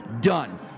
done